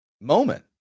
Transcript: moment